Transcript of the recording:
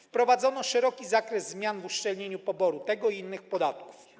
Wprowadzono szeroki zakres zmian w uszczelnieniu poboru tego i innych podatków.